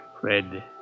Fred